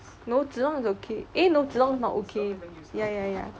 no zillion is okay eh no zillion is not okay ya ya